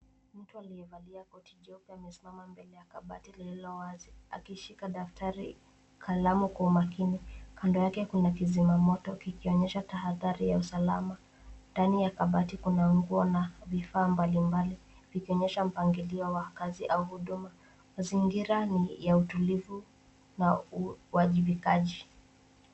Mtu aliyevalia koti jeupe amesimama mbele ya kabati lililo wazi akishika daftari, kalamu kwa umakini. Kando yake kuna kizima moto kikionyesha tahadhari ya usalama. Ndani ya kabati kuna nguo na vifaa mbalimbali vikionyesha mpangilio wa kazi au huduma. Mazingira ni ya utulivu na uajibikaji.